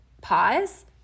pause